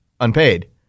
unpaid